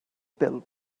bil